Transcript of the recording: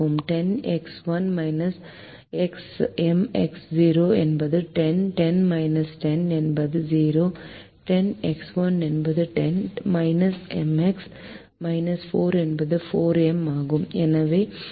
10 x 1 M x 0 என்பது 10 10 10 என்பது 0 10 x 1 என்பது 10 M x 4 என்பது 4M ஆகும்